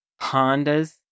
Hondas